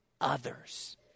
others